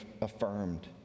affirmed